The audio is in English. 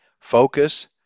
focus